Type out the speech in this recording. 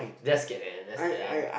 let's get in let's get in